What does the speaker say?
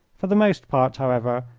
for the most part, however,